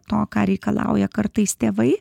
to ką reikalauja kartais tėvai